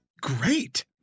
great